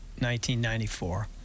1994